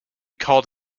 called